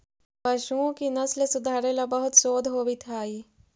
पशुओं की नस्ल सुधारे ला बहुत शोध होवित हाई